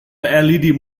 led